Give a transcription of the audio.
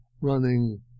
running